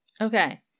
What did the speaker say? Okay